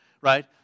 right